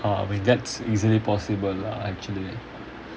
oh I mean that's easily possible lah actually